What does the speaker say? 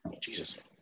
Jesus